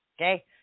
okay